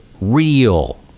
real